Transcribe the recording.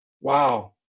wow